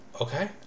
Okay